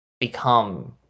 become